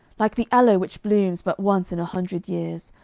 like the aloe which blooms but once in a hundred years,